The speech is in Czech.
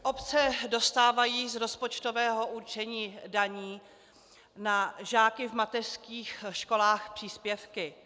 Obce dostávají z rozpočtového určení daní na žáky v mateřských školách příspěvky.